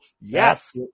Yes